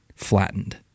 flattened